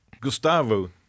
Gustavo